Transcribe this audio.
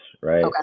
right